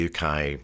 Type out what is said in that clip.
UK